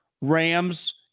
Rams